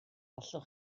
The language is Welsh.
allwch